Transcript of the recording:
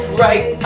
right